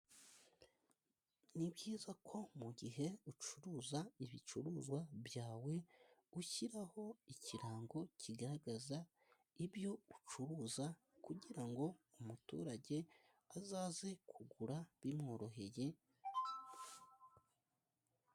Ni byiza ko mu gihe ucuruza ibicuruzwa byawe, ushyiraho ikirango kigaragaza ibyo ucuruza, kugira ngo umuturage azaze kugura bimworoheye.